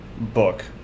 book